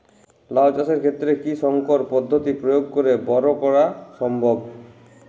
লাও চাষের ক্ষেত্রে কি সংকর পদ্ধতি প্রয়োগ করে বরো করা সম্ভব?